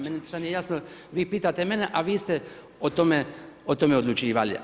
Meni to nije jasno, vi pitate mene, a vi ste o tome odlučivali.